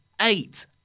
Eight